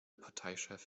parteichef